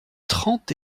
trente